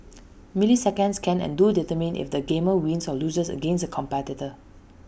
milliseconds can and do determine if the gamer wins or loses against A competitor